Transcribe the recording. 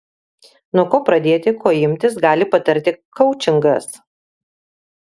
nuo ko pradėti ko imtis gali patarti koučingas